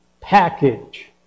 package